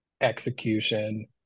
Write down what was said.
execution